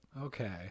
Okay